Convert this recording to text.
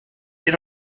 ihr